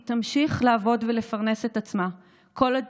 היא תמשיך לעבוד ולפרנס את עצמה כל עוד